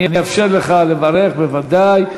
אני אאפשר לך לברך, בוודאי.